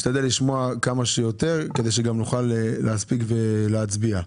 נשתדל לשמוע כמה שיותר, כדי שנוכל להספיק להצביע.